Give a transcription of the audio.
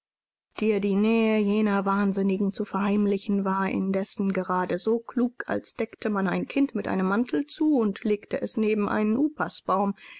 dir die nähe jener wahnsinnigen zu verheimlichen war indessen gerade so klug als deckte man ein kind mit einem mantel zu und legte es neben einen